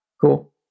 cool